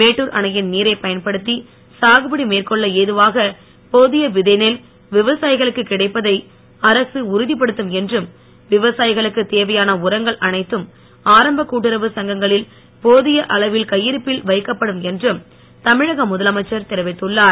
மேட்டூர் அணையின் நீரைப் பயன்படுத்தி சாகுபடி மேற்கொள்ள எதுவாக போதிய நெல் விவசாயிகளுக்கு கிடைப்பதை அரசு உறுதிப்படுத்தும் என்றும் விதை விவசாயிகளுக்கு தேவையான உரங்கள் அனைத்து ஆரம்ப கூட்டுறவு சங்கங்களில் போதிய அளவில் கையிருப்பில் வைக்கப்படும் என்றும் தமிழக முதலமைச்சர் தெரிவித்துள்ளார்